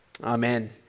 Amen